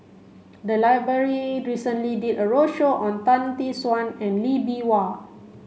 the library recently did a roadshow on Tan Tee Suan and Lee Bee Wah